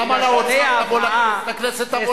למה לאוצר לבוא לכנסת?